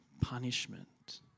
punishment